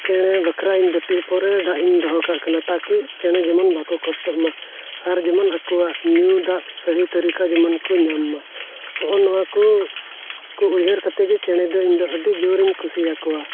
ᱪᱮᱬᱮ ᱵᱟᱠᱷᱨᱟ ᱤᱧ ᱵᱟᱹᱴᱤ ᱦᱚᱯᱚᱱ ᱨᱮ ᱫᱟᱜ ᱤᱧ ᱫᱚᱦᱚ ᱠᱟᱜ ᱠᱟᱱᱟ ᱛᱟᱠᱤ ᱪᱮᱬᱮ ᱡᱮᱢᱚᱱ ᱵᱟᱠᱚ ᱠᱚᱥᱴᱚᱜᱼᱢᱟ ᱟᱨ ᱡᱮᱢᱚᱱ ᱟᱠᱚᱣᱟᱜ ᱧᱩ ᱫᱟᱜ ᱥᱟᱹᱦᱤ ᱛᱟᱹᱨᱤᱠᱟ ᱡᱮᱢᱚᱱ ᱠᱚ ᱧᱟᱢ ᱢᱟ ᱱᱚᱜᱼᱚ ᱱᱚᱣᱟ ᱠᱚ ᱩᱭᱦᱟᱹᱨ ᱠᱟᱛᱮᱜᱮ ᱪᱮᱬᱮ ᱫᱚ ᱤᱧᱫᱚ ᱟᱹᱰᱤ ᱡᱳᱨᱤᱧ ᱠᱩᱥᱤ ᱟᱠᱚᱣᱟ